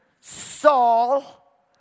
Saul